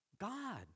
God